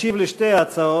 משיב על שתי ההצעות,